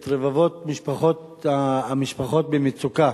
את רבבות המשפחות במצוקה